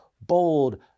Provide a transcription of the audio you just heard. bold